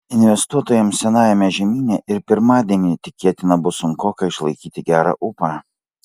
investuotojams senajame žemyne ir pirmadienį tikėtina bus sunkoka išlaikyti gerą ūpą